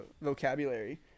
vocabulary